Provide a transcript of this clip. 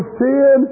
sin